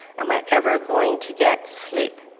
am i ever going to get sleep?